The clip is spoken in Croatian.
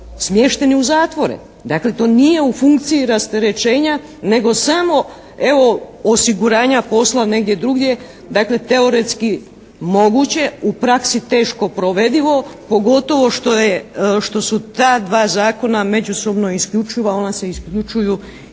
smješteni u zatvore. Dakle to nije u funkciji rasterećenja, nego samo evo osiguranja posla negdje drugdje, dakle teoretski moguće, u praksi teško provedivo, pogotovo što su ta dva zakona međusobno isključiva. Ona se isključuju i